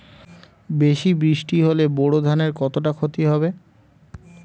বেশি বৃষ্টি হলে বোরো ধানের কতটা খতি হবে?